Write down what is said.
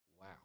Wow